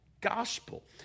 gospel